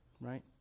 right